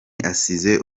assize